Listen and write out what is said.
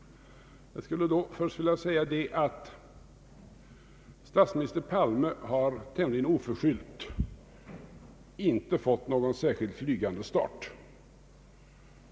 Jag skulle då först vilja säga att statsminister Palme tämligen oförskyllt inte fått någon flygande start.